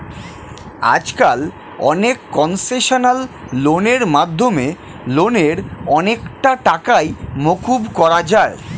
আজকাল অনেক কনসেশনাল লোনের মাধ্যমে লোনের অনেকটা টাকাই মকুব করা যায়